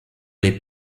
les